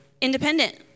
independent